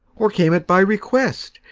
or came it by request,